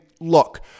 look